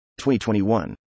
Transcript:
2021